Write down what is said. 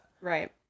Right